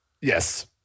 Yes